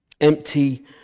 empty